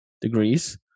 degrees